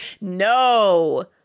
No